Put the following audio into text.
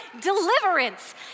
deliverance